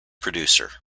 producer